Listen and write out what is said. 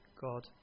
God